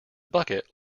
bucket